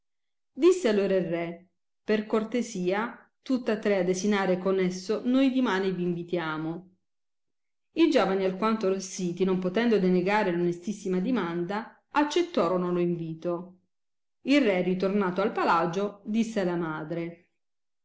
disse allora il re per cortesia tutta tre a desinare con esso noi dimane vi invitiamo i giovani alquanto arrossiti non potendo denegare l onestissima dimanda accettorono lo invito il re ritornato al palagio disse alla madre